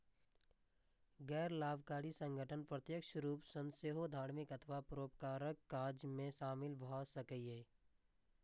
गैर लाभकारी संगठन प्रत्यक्ष रूप सं सेहो धार्मिक अथवा परोपकारक काज मे शामिल भए सकैए